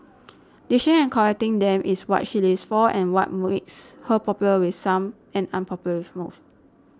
dishing and collecting them is what she lives for and what makes her popular with some and unpopular with most